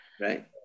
Right